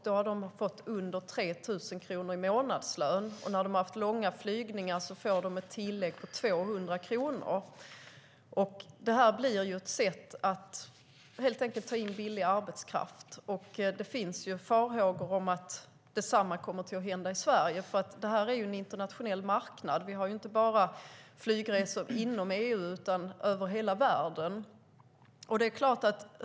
De får under 3 000 kronor i månadslön, och på långa flygningar får de ett tillägg på 200 kronor. Det är ett sätt att helt enkelt ta in billig arbetskraft. Det finns farhågor om att samma sak kommer att hända i Sverige eftersom det är en internationell marknad. Vi har inte bara flygresor inom EU utan över hela världen.